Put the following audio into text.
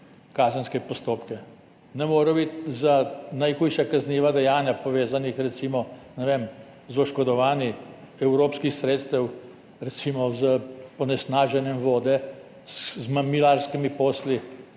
kazenske postopke. Ne morejo biti za najhujša kazniva dejanja, povezana recimo, ne vem, z oškodovanji evropskih sredstev, recimo z onesnaženjem vode, z mamilarskimi posli,